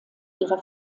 ihrer